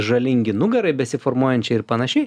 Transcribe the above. žalingi nugarai besiformuojančiai ir panašiai